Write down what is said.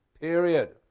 period